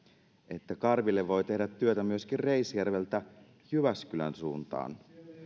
että karville voi tehdä työtä myöskin reisjärveltä jyväskylän suuntaan